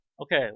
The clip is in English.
okay